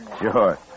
Sure